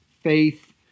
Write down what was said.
faith